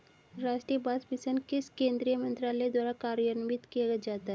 राष्ट्रीय बांस मिशन किस केंद्रीय मंत्रालय द्वारा कार्यान्वित किया जाता है?